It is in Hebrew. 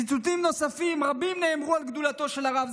ציטוטים נוספים רבים נאמרו על גדולתו של הרב,